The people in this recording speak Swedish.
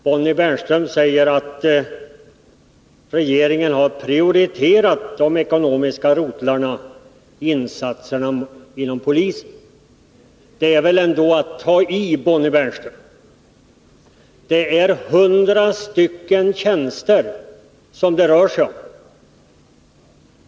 Bonnie Bernström säger att regeringen har prioriterat de ekonomiska rotlarnas insatser inom polisen. Det är väl ändå att ta i, Bonnie Bernström. Det är 100 tjänster som det rör sig om.